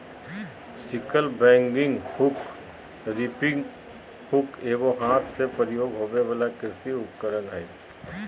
sickle bagging hook, reaping hook एगो हाथ से प्रयोग होबे वला कृषि उपकरण हइ